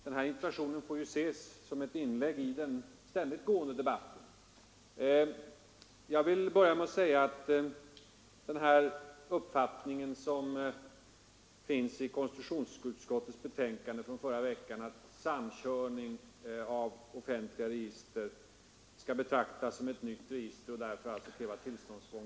Interpellationen får ses som ett inlägg i den ständigt pågående debatten. I konstitutionsutskottets betänkande från förra veckan redovisas ju uppfattningen att samkörning av offentliga register skall betraktas som upprättande av ett nytt register och därför vara underkastad tillståndstvång.